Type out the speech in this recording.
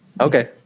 Okay